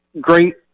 great